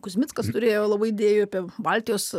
kuzmickas turėjo labai idėjų apie baltijos